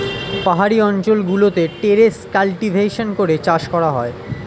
পাহাড়ি অঞ্চল গুলোতে টেরেস কাল্টিভেশন করে চাষ করা হয়